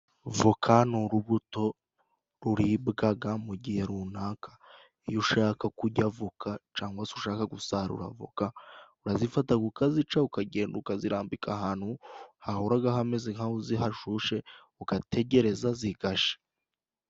Voka ni urubuto ruribwaga mu gihe runaka. Iyo ushaka kujya avoka cangwa se ushaka gusarura avoka, urazifata ukazica ukagenda ukazirambika ahantu hahoraga hameze nkaho uzi hashushe, ugategereza zigasha.